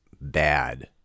bad